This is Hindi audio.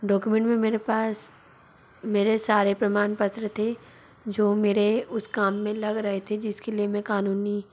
डौकुमेंट में मेरे पास मेरे सारे प्रमाण पत्र थे जो मेरे उस काम में लग रहे थे जिस के लिए में क़ानूनी